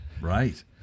right